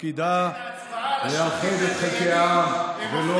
שתפקידה לאחד את חלקי העם ולא,